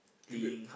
give b~